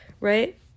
right